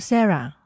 Sarah